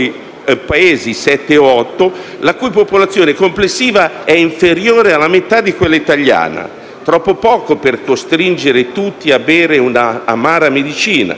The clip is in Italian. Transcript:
sette o otto, la cui popolazione complessiva è inferiore alla metà di quella italiana. Troppo poco per costringere tutti a bere una amara medicina.